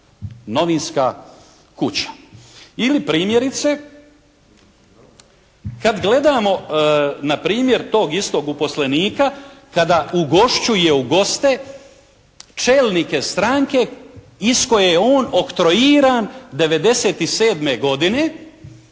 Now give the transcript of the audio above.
novinska kuća. Ili primjerice kad gledamo npr. tog istog uposlenika kada ugošćuje u goste čelnike stranke iz koje je on oktroiran '97. godine